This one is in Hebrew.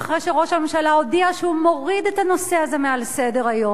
אחרי שראש הממשלה הודיע שהוא מוריד את הנושא הזה מעל סדר-היום,